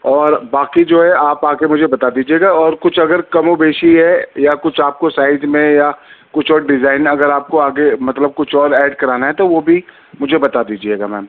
اور باقی جو ہے آپ آ کے مجھے بتا دیجیے گا اور کچھ اگر کم و بیش ہے یا کچھ آپ کو سائز میں یا کچھ اور ڈزائن اگر آپ کو آگے مطللب کچھ اور ایڈ کرانا ہے تو وہ بھی مجھے بتا دیجیے گا میم